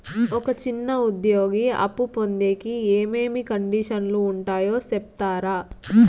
ఒక చిన్న ఉద్యోగి అప్పు పొందేకి ఏమేమి కండిషన్లు ఉంటాయో సెప్తారా?